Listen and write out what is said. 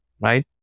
Right